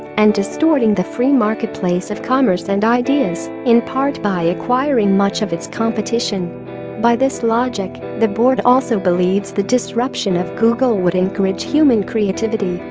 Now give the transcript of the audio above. and distorting the free marketplace of commerce and ideas in part by acquiring much of its competition by this logic, the board also believes the disruption of google would encourage human creativity,